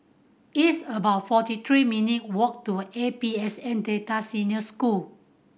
it's about forty three minute walk to A P S N Delta Senior School